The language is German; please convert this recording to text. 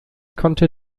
konnte